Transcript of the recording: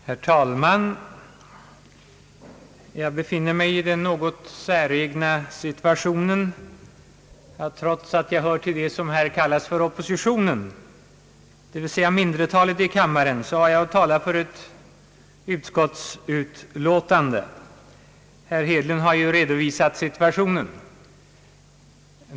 Herr talman! Jag befinner mig i den något säregna situationen att tala för utskottet, trots att jag hör till oppositionen, dvs. minoriteten i kammaren. Herr Hedlund har redovisat bakgrunden härtill.